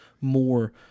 more